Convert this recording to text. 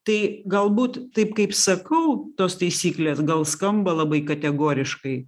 tai galbūt taip kaip sakau tos taisyklės gal skamba labai kategoriškai